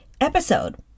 episode